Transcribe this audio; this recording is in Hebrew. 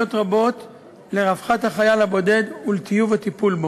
פעילויות רבות לרווחת החייל הבודד ולטיוב הטיפול בו.